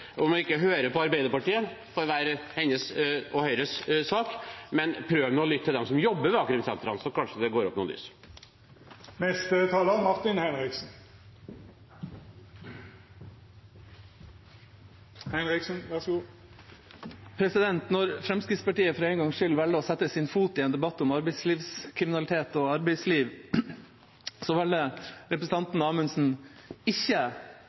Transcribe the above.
ikke hører på Arbeiderpartiet, får være hennes og Høyres sak, men man kan prøve å lytte til dem som jobber ved a-krimsentrene, så kanskje det går opp noen lys. Når Fremskrittspartiet for en gangs skyld velger å sette sin fot i en debatt om arbeidslivskriminalitet og arbeidsliv, velger representanten Amundsen å ikke støtte – eller snakke om – tiltak som kan styrke jobben mot arbeidslivskriminalitet. Fremskrittspartiet velger å ikke